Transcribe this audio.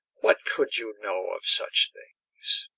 what could you know of such things?